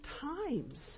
times